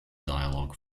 dialogue